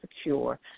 secure